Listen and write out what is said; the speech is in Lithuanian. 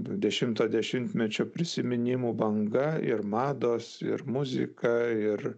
dešimto dešimtmečio prisiminimų banga ir mados ir muzika ir